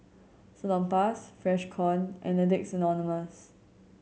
Salonpas Freshkon and Addicts Anonymous